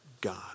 God